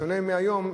בשונה מהיום,